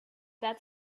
that